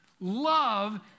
Love